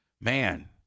man